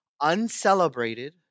uncelebrated